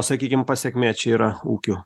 sakykim pasekmė čia yra ūkių